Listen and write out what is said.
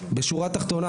בשורה התחתונה,